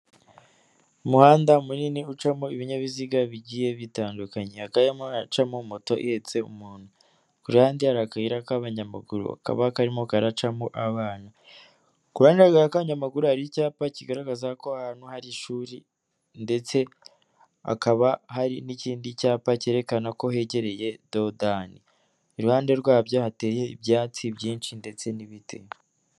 Umuhanda munini ucamo ibinyabiziga bigiye bitandukanye, hakaba harimo haracamo moto ihetse umuntu. Ku ruhande hari akayira k'abanyamaguru, kakaba karimo karacamo abana. Ku ru hande rw'akayira k'abanyamaguru, hari icyapa kigaragaza ko ahantu hari ishuri ndetse hakaba hari n'ikindi cyapa cyerekana ko hegereye dodani. Iruhande rwabyo hateye ibyatsi byinshi ndetse n'ibiti.